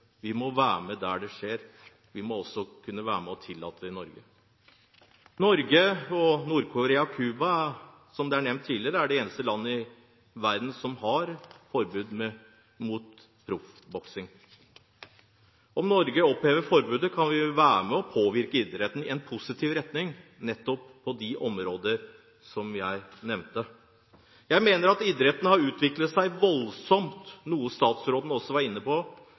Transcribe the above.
vi må være med der det skjer. Vi må også kunne være med å tillate det i Norge. Norge, Nord-Korea og Cuba, er, som nevnt tidligere, de eneste land i verden som har forbud mot proffboksing. Om Norge opphever forbudet, kan vi være med å påvirke idretten i en positiv retning, nettopp på de områder som jeg nevnte. Jeg mener at idretten har utviklet seg voldsomt – noe statsråden også var inne på